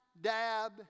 dab